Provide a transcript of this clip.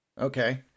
Okay